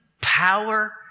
power